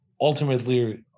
ultimately